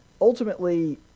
Ultimately